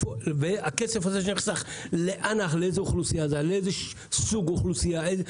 והכסף הזה שנחסך לאיזה סוג אוכלוסייה הלך,